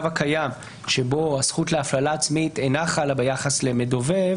הקיים שבו הזכות להפללה עצמית אינה חלה ביחס למדובב,